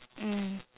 mm